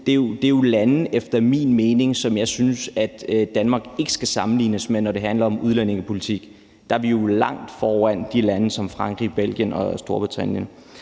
lande, som Danmark efter min mening ikke skal sammenlignes med, når det handler om udlændingepolitik; der er vi jo langt foran lande som Frankrig, Belgien og Storbritannien.